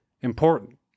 important